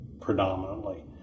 predominantly